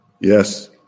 Yes